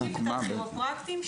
אני מדברת ספציפית על כירופרקטים,